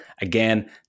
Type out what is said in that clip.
Again